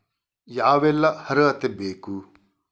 ಯಾವೆಲ್ಲ ಅರ್ಹತೆ ಬೇಕು?